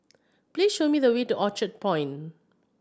please show me the way to Orchard Point